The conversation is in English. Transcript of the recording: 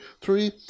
three